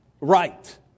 right